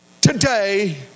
today